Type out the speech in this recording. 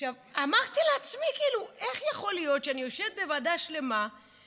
אמרתי לעצמי: איך יכול להיות שאני יושבת בוועדה שלמה,